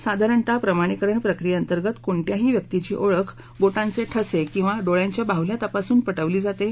साधारणतः प्रमाणीकरण प्रक्रियेअंतर्गत कोणत्याही व्यक्तीची ओळख बोटांचे ठसे किंवा डोळ्याच्या बाहुल्या तपासून पटवली जाते